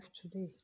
today